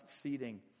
seating